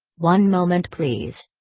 one moment please.